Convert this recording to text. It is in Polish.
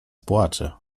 płacze